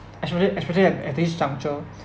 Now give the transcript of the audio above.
especially especially at at this juncture